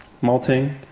malting